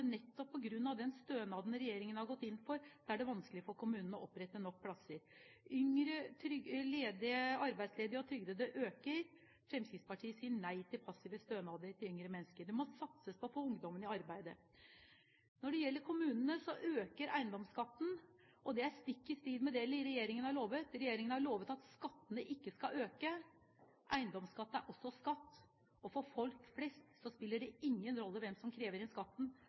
nettopp på grunn av den stønaden regjeringen har gått inn for, er det vanskelig for kommunene å opprette nok plasser. Antallet yngre arbeidsledige og trygdede øker. Fremskrittspartiet sier nei til passive stønader til yngre mennesker. Det må satses på å få ungdommen i arbeid. Når det gjelder kommunene, øker eiendomsskatten, og det er stikk i strid med det regjeringen har lovet. Regjeringen har lovet at skattene ikke skal øke. Eiendomsskatt er også skatt, og for folk flest spiller det ingen rolle hvem som krever inn skatten.